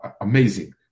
amazing